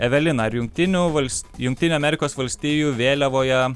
evelina ar jungtinių vals jungtinių amerikos valstijų vėliavoje